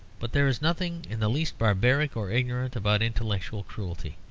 but there is nothing in the least barbaric or ignorant about intellectual cruelty.